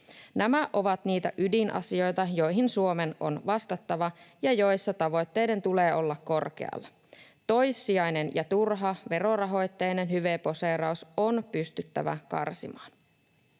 Nämä ovat niitä ydinasioita, joihin Suomen on vastattava ja joissa tavoitteiden tulee olla korkealla. Toissijainen ja turha verorahoitteinen hyveposeeraus on pystyttävä karsimaan.